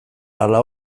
ala